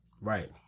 Right